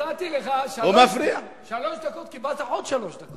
נתתי לך שלוש דקות וקיבלת עוד שלוש דקות.